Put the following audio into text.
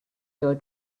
your